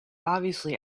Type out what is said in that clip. obviously